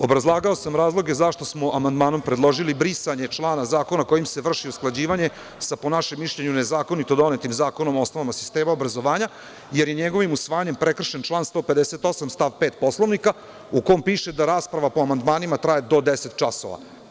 Obrazlagao sam razloge zašto smo amandmanom predložili brisanje člana zakona kojim se vrši usklađivanje sa, po našem mišljenju, nezakonito donetim Zakonom o osnovama sistema obrazovanja, jer je njegovim usvajanjem prekršen član 158. stav 5. Poslovnika, u kome piše da rasprava po amandmanima traje do deset časova.